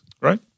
Right